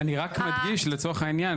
אני רק מדגיש לצורך העניין,